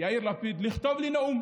יאיר לפיד לכתוב לי נאום